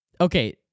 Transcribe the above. Okay